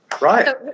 Right